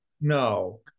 No